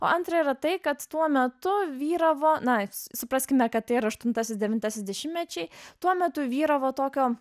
o antra yra tai kad tuo metu vyravo na supraskime kad tai yra aštuntasis devintasis dešimmečiai tuo metu vyravo tokio